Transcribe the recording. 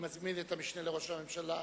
אני מזמין את המשנה לראש הממשלה,